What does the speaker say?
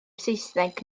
saesneg